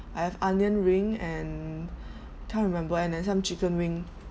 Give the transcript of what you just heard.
I have onion ring and can't remember and then some chicken wing